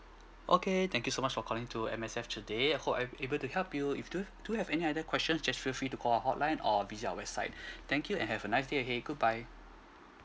okay thank you so much for calling to M_S_F today I hope I'm able to help you if do do you have any other question just feel free to call our hotline or visit our website thank you and have a nice day ahead goodbye